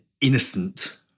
innocent